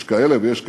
יש כאלה ויש כאלה,